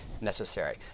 necessary